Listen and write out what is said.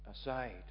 aside